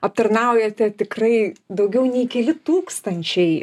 aptarnaujate tikrai daugiau nei keli tūkstančiai